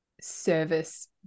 service